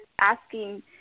asking